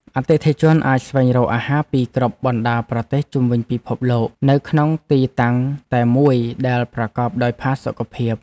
អតិថិជនអាចស្វែងរកអាហារពីគ្រប់បណ្តាប្រទេសជុំវិញពិភពលោកនៅក្នុងទីតាំងតែមួយដែលប្រកបដោយផាសុកភាព។